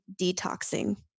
detoxing